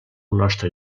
nostre